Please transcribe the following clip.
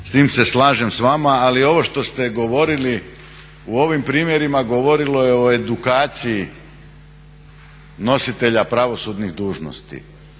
s tim se slažem s vama. Ali ovo što ste govorili u ovim primjerima govorilo je o edukaciji nositelja pravosudnih dužnosti.